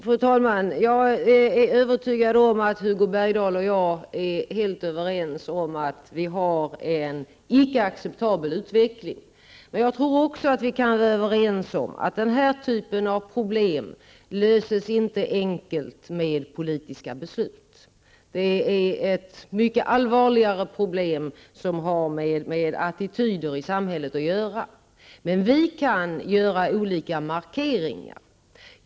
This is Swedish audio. Fru talman! Jag är övertygad om att Hugo Bergdahl och jag är helt överens om att vi har en icke-acceptabel utveckling. Men jag tror också att vi kan vara överens om att den här typen av problem inte löses enkelt med politiska beslut. Det är ett mycket allvarligare problem, som har med attityder i samhället att göra. Men vi politiker kan göra olika markeringar.